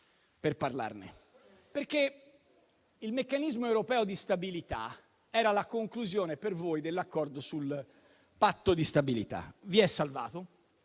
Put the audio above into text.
per parlarne. Il Meccanismo europeo di stabilità era la conclusione per voi dell'accordo sul Patto di stabilità. Vi è saltato